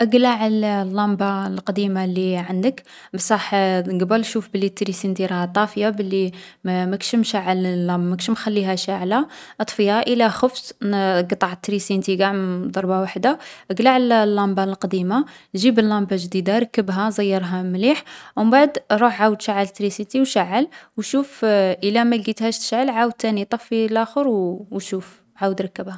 اقلع الـ اللامبة القديمة لي عندك، بصح قبل شوف بلي التريسينتي راها طافية، بلي ما مكش مشعل الـ الـ ماكش مخليها شاعلة. اطفيها، إلا خفت نـ اقطع تريسينتي قاع مـ ضربة وحدة اقلع اللـ اللامبة القديمة، جيب اللامبة الجديدة ركّبها زيّرها مليح و مبعد روح عاود شعّل التريسينتي و شعّل و شوف إلا ما لقيتهشا تشعل عاود تاني طفي لاخر و شوف، عاود ركّبها.